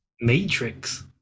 Matrix